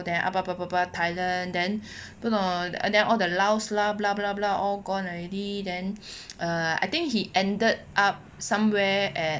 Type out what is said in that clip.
then thailand then 不懂 then all the laos lah blah blah blah all gone already then err I think he ended up somewhere at